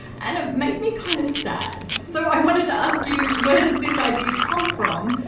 and it made me kind of sad. so, i wanted to ask you, where does this idea come from?